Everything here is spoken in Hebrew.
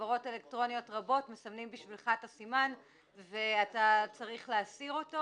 בחברות אלקטרוניות רבות מסמנים בשבילך את הסימן ואתה צריך להסיר אותו.